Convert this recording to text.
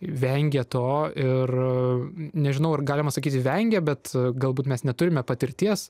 vengia to ir nežinau ar galima sakyti vengia bet galbūt mes neturime patirties